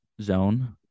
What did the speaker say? zone